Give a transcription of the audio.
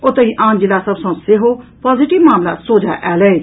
ओतहि आन जिला सभ सँ सेहो पॉजिटिव मामिला सोझा आयल अछि